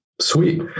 sweet